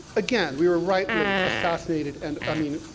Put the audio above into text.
again, we were rightly assassinated, and i mean,